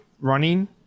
running